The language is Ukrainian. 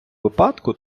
випадку